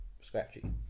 Scratchy